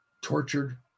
tortured